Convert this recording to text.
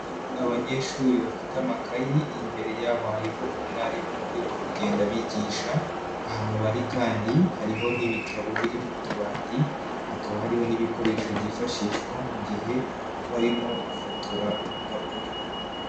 Abanyeshuri bafite amakayi, imbere yabo hariho umwarimu urimo kugenda abigisha, ahantu bari kandi hariho n'ibitabo biri mu tubati, hakaba hariho n'ibikoresho byifashishwa mu gihe barimo gufotora urupapuro.